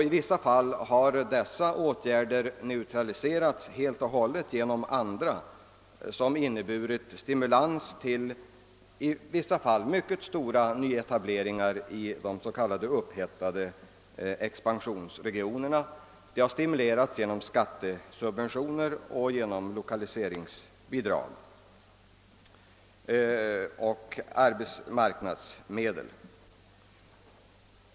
I vissa fall har dessa åtgärder helt och hållet neutraliserats genom andra, som inneburit stimulans till i vissa fall mycket stora nyetableringar i de överhettade expansionsregionerna genom skattesubventioner och genom anslag av arbetsmarknadsmedel.